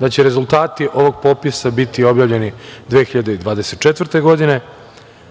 da će rezultati ovog popisa biti objavljeni 2024. godine.